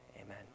amen